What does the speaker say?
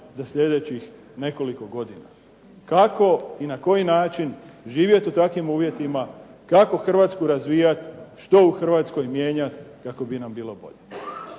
za sljedećih nekoliko godina. Kako i na koji način živjeti u takvim uvjetima? Kako Hrvatsku razvijati? Što u Hrvatskoj mijenjati kako bi nam bilo bolje?